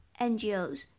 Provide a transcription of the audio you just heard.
NGOs